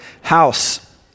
house